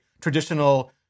traditional